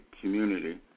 community